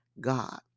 God